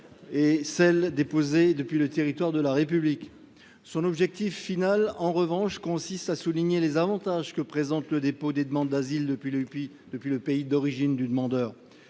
et celles qui sont déposées depuis le territoire de la République. Son objectif final, en revanche, consiste à souligner les avantages que présente le dépôt des demandes d’asile depuis le pays d’origine du demandeur.